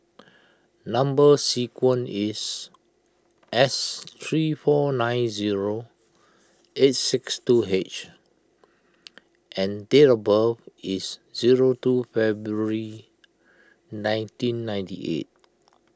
Number Sequence is S three four nine zero eight six two H and date of birth is zero two February nineteen ninety eight